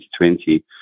2020